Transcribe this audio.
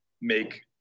make